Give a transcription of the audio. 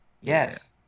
yes